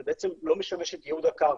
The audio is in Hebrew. זה בעצם לא משמש את ייעוד הקרקע.